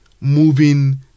moving